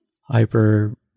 hyper